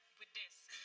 with this,